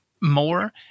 more